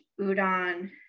udon